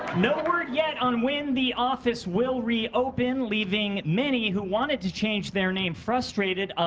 no word yeah on when the office will reopen, leaving many who wanted to change their name frustrated.